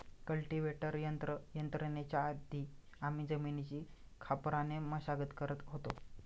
cultivator यंत्र येण्याच्या आधी आम्ही जमिनीची खापराने मशागत करत होतो